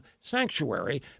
sanctuary